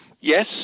Yes